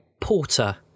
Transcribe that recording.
Porter